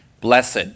Blessed